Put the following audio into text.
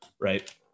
right